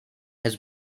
has